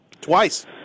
Twice